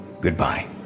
goodbye